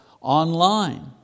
online